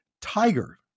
tiger